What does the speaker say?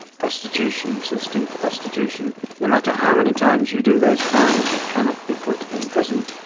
prostitution, soliciting for prostitution. no matter how many times you do those crimes you cannot be put in prison.